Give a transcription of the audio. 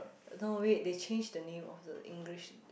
no wait they change the name of the English